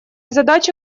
задача